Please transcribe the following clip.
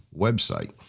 website